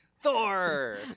Thor